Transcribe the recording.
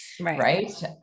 right